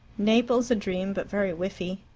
naples a dream, but very whiffy.